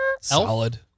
Solid